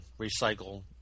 recycle